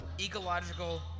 ecological